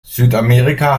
südamerika